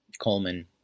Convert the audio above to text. Coleman